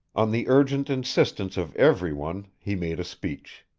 on the urgent insistence of every one he made a speech.